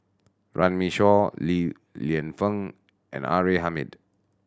Runme Shaw Li Lienfung and R A Hamid